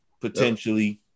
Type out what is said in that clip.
potentially